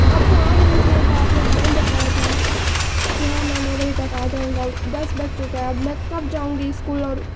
آپ کو آ جانا چاہیے تھا آپ نے ٹائم بتایا تھا کہ ہاں میں نو بجے تک آ جاؤں گا دس بج چکا ہے اب میں کب جاؤں گی اسکول اور